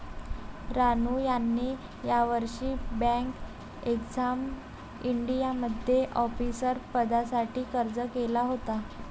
रानू यांनी यावर्षी bank exam इंडियामध्ये ऑफिसर पदासाठी अर्ज केला होता